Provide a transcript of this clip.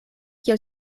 kiel